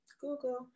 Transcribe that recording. Google